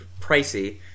pricey